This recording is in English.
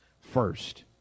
first